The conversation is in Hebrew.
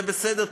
זה בסדר,